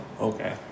Okay